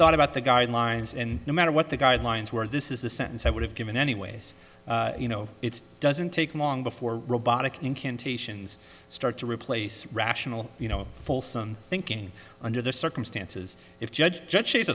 thought about the guidelines and no matter what the guidelines were this is the sentence i would have given anyways you know it's doesn't take long before robotic incantations start to replace rational you know fulsome thinking under the circumstances if judge judge she's